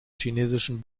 chinesischen